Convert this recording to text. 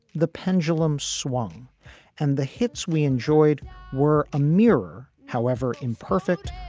the pendulum swung and the hits we enjoyed were a mirror, however imperfect,